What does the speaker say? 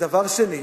דבר שני,